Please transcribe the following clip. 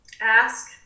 ask